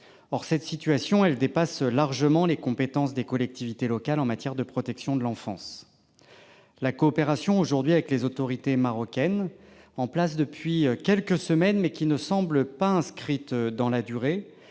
Or cette situation dépasse largement les compétences des collectivités locales en matière de protection de l'enfance. La coopération avec les autorités marocaines, mise en place depuis quelques semaines, mais qui ne semble pas être inscrite dans la durée,